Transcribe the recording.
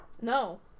No